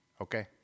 Okay